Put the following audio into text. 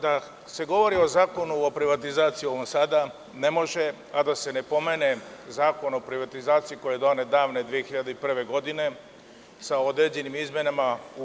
Da se govori o ovom Zakonu o privatizaciji ne može a da se ne pomene Zakon o privatizaciji koji je donet davne 2001. godine, sa određenim izmenama.